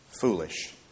foolish